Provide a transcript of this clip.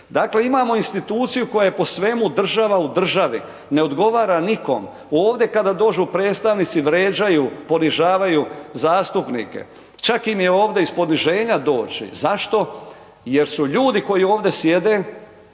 Dakle, imamo instituciju koja je po svemu država u država, ne odgovara nikome. Ovdje kada dođu predstavnici vređaju, ponižavaju zastupnike, čak im je ovdje iz poniženja doći. Zašto? Jer su ljudi koji ovdje sjede